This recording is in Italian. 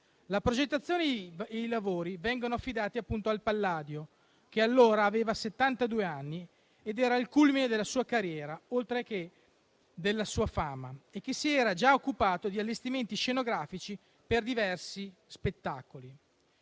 La progettazione e i lavori vengono affidati al Palladio, che allora aveva settantadue anni ed era al culmine della sua carriera, oltre che della sua fama, e che si era già occupato di allestimenti scenografici per diversi spettacoli.